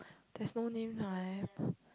there's no name right